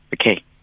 Okay